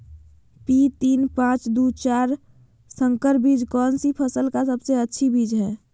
P तीन पांच दू चार संकर बीज कौन सी फसल का सबसे अच्छी बीज है?